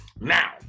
Now